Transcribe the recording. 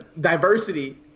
diversity